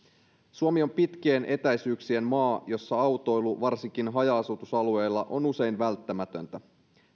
suomi on pitkien etäisyyksien maa jossa autoilu varsinkin haja asutusalueilla on usein välttämätöntä